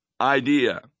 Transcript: idea